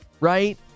right